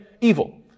evil